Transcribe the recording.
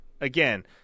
Again